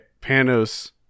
Panos